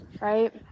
right